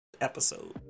episode